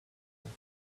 them